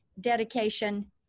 dedication